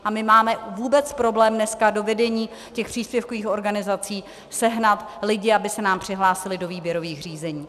A my máme vůbec problém dneska do vedení těch příspěvkových organizací sehnat lidi, aby se nám přihlásili do výběrových řízení.